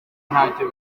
ntacyo